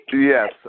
Yes